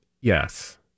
Yes